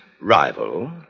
rival